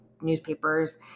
newspapers